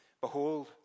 Behold